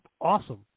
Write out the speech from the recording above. awesome